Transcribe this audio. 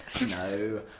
No